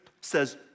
says